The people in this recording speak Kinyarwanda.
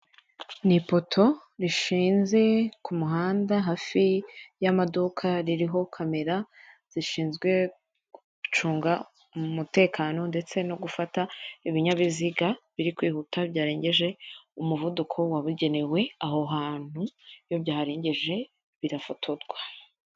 Ni ipoto rishinze ku muhanda hafi y'amaduka ririho kamera zishinzwe gucunga umutekano ndetse no gufata ibinyabiziga biri kwihuta byarengeje umuvuduko wabugenewe aho hantu; iyo byaharengeje birafotorwa.